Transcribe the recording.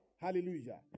Hallelujah